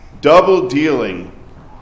double-dealing